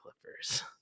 Clippers